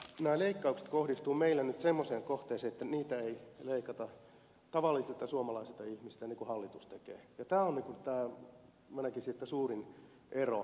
nämä leikkaukset kohdistuvat meillä nyt semmoiseen kohteeseen että niitä ei leikata tavallisilta suomalaisilta ihmisiltä niin kuin hallitus tekee ja tämä on minä näkisin suurin ero meidän budjeteissamme